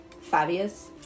Fabius